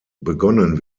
begonnen